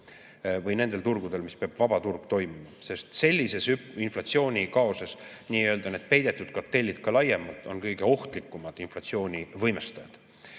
või nendel turgudel, mis peavad vabaturuna toimima. Sellises inflatsioonikaoses on need peidetud kartellid laiemalt kõige ohtlikumad inflatsiooni võimestajad.